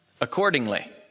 accordingly